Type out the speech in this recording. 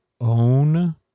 own